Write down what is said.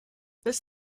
this